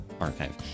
archive